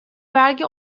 vergi